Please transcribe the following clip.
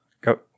go